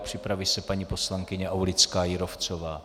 Připraví se paní poslankyně Aulická Jírovcová.